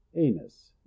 Anus